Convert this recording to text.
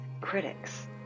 critics